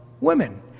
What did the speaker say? women